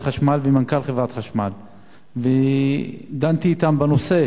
חשמל ומנכ"ל חברת חשמל ודנתי אתם בנושא,